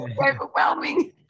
overwhelming